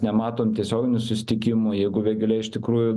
nematom tiesioginių susitikimų jeigu vėgėlė iš tikrųjų